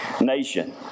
nation